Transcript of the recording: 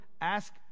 ask